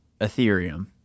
Ethereum